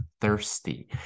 thirsty